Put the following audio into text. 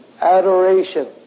adoration